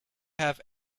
have